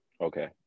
Okay